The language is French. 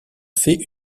fait